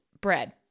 bread